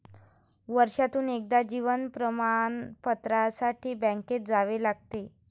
वर्षातून एकदा जीवन प्रमाणपत्रासाठी बँकेत जावे लागते